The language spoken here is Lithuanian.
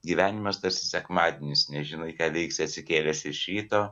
gyvenimas tarsi sekmadienis nežinai ką veiksi atsikėlęs iš ryto